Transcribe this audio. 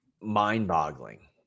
mind-boggling